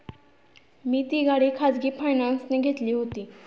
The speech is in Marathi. मी ती गाडी खाजगी फायनान्सने घेतली होती